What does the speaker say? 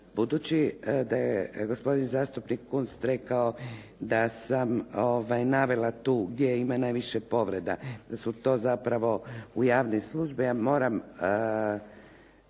Budući da je gospodin zastupnik Kunst rekao da sam navela tu gdje ima najviše povreda, da su to zapravo javne službe ja moram